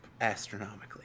astronomically